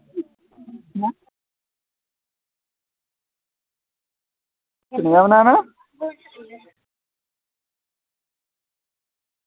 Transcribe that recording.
केह्ड़ा बनाना